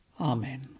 Amen